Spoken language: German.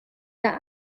der